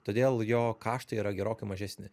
todėl jo kaštai yra gerokai mažesni